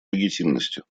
легитимностью